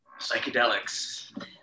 psychedelics